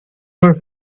for